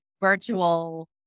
virtual